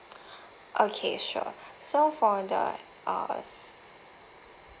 okay sure so for the uh